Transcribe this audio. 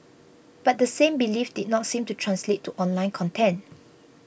but the same belief did not seem to translate to online content